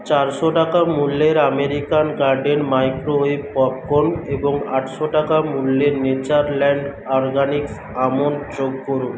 চারশো টাকা মূল্যের আমেরিকান গার্ডেন মাইক্রোওয়েভ পপকর্ন এবং আটশো টাকা মূল্যের নেচারল্যান্ড অরগ্যানিক্ আমন্ড যোগ করুন